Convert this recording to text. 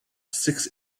six